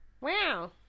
wow